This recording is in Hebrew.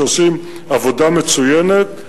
שעושים עבודה מצוינת.